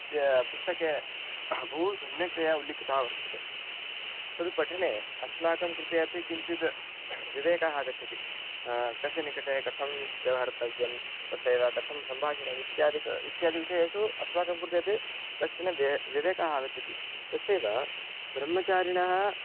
तेन पुस्तके बहु सम्यक्तया उल्लिखिता वर्तते तद् पठने अस्माकं कृते अपि किञ्चिद् विवेकः आगच्छति कस्य निकटे कथं व्यवहर्तव्यं तथैव कथं सम्भाषणम् इत्यादिकम् इत्यादिविषयेषु अस्माकं कृते अपि कश्चन वा विवेकः आगच्छति तथैव ब्रह्मचारिणः